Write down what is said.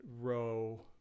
row